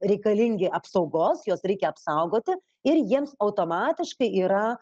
reikalingi apsaugos juos reikia apsaugoti ir jiems automatiškai yra